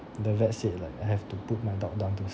the vet said like I have to put my dog down to